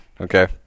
Okay